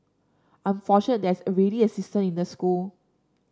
I'm fortunate there's already a system in the school